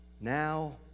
Now